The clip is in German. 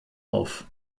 auf